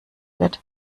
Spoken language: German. wird